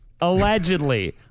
allegedly